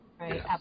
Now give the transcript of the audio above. right